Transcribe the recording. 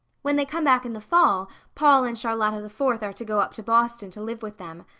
when they come back in the fall paul and charlotta the fourth are to go up to boston to live with them.